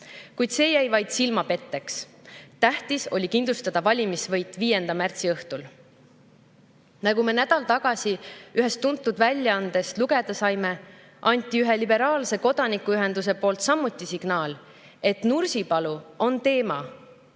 Kuid see jäi vaid silmapetteks. Tähtis oli kindlustada valimisvõit 5. märtsi õhtul. Nagu nädal tagasi ühest tuntud väljaandest lugeda saime, anti ühe liberaalse kodanikuühenduse poolt samuti signaal, et Nursipalu on teema,